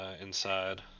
inside